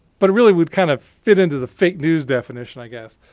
but really would kind of fit in to the fake news definition, i guess.